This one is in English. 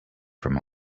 from